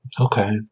Okay